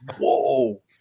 Whoa